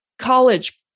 college